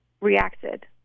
reacted